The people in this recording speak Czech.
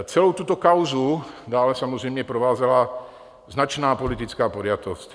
Celou tuto kauzu dále samozřejmě provázela značná politická podjatost.